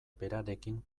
berarekin